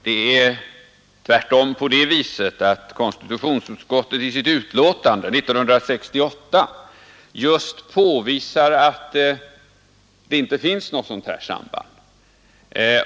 Det är tvärtom på det viset att konstitutionsutskottet i sitt utlåtande 1968 just påvisar att det inte finns något sådant här samband.